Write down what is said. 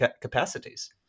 capacities